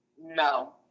No